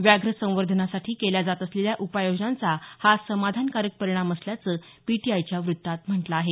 व्याघ्र संवर्धनासाठी केल्या जात असलेल्या उपाययोजनांचा हा समाधानकार परिणाम असल्याचं पीटीआयच्या वृत्तात म्हटलं आहे